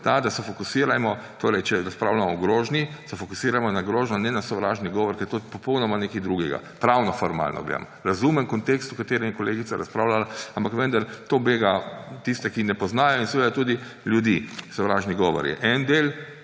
da se fokusirajmo, torej če razpravljamo o grožnji, se fokusirajmo na grožnjo ne na sovražni govor, ker to je popolnoma nekaj drugega, pravnoformalno gledam. Razumem kontekst, v katerem je kolegica razpravljala, ampak vendar, to bega tiste, ki ne poznajo, in seveda tudi ljudi. Sovražni govor je en del,